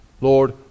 Lord